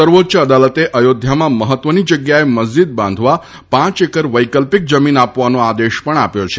સર્વોચ્ય અદાલતે અયોધ્યામાં મહત્વની જગ્યાએ મસ્જિદ બાંધવા પાંચ એકર વૈકલ્પિક જમીન આપવાનો આદેશ પણ આપ્યો છે